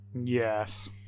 Yes